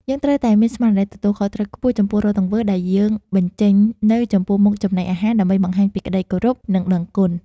យើងត្រូវតែមានស្មារតីទទួលខុសត្រូវខ្ពស់ចំពោះរាល់ទង្វើដែលយើងបញ្ចេញនៅចំពោះមុខចំណីអាហារដើម្បីបង្ហាញពីក្តីគោរព និង ដឹងគុណ។